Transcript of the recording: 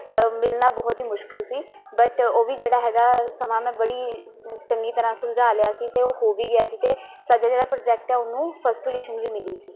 ਮਿਲਣਾ ਬਹੁਤ ਹੀ ਮੁਸ਼ਕਿਲ ਸੀ ਬਟ ਉਹ ਵੀ ਜਿਹੜਾ ਹੈਗਾ ਸਮਾਂ ਮੈਂ ਬੜੀ ਸ ਚੰਗੀ ਤਰ੍ਹਾਂ ਸੁਲਝਾ ਲਿਆ ਸੀ ਅਤੇ ਉਹ ਹੋ ਵੀ ਗਿਆ ਸੀ ਅਤੇ ਸਾਡਾ ਜਿਹੜਾ ਪ੍ਰੋਜੈਕਟ ਆ ਉਹਨੂੰ ਫਸਟ ਪੁਜ਼ੀਸ਼ਨ ਵੀ ਮਿਲੀ ਸੀ